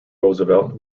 roosevelt